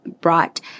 brought